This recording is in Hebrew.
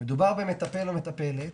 מדובר במטפל או מטפלת